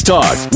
Talk